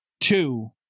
Two